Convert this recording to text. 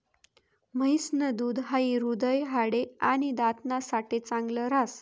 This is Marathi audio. म्हैस न दूध हाई हृदय, हाडे, आणि दात ना साठे चांगल राहस